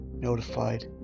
notified